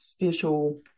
official